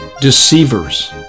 Deceivers